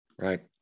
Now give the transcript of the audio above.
right